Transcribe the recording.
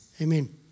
Amen